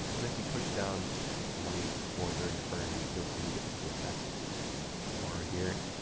and if you push down light or very firm, you'll see you get this little test bar here.